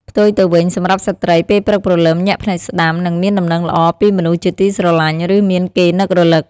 ផ្ទុយទៅវិញ សម្រាប់ស្រ្តី ពេលព្រឹកព្រលឹម ញាក់ភ្នែកស្តាំ នឹងមានដំណឹងល្អពីមនុស្សជាទីស្រឡាញ់ ឬមានគេនឹករឭក។